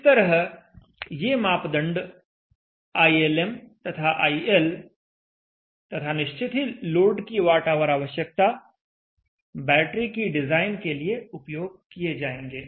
इस तरह ये मापदंड ILM तथा IL तथा निश्चित ही लोड की वाट आवर आवश्यकता बैटरी की डिजाइन के लिए उपयोग किए जाएंगे